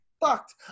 fucked